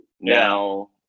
Now